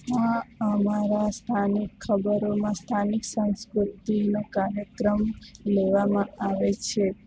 અમારા સ્થાનિક ખબરોમાં સ્થાનિક સાંસ્કૃતિનો કાર્યક્રમ લેવામાં આવે છે જેમકે